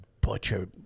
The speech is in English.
butcher